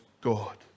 God